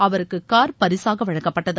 அவருக்கு கார் பரிசாக வழங்கப்பட்டன